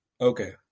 Okay